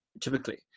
typically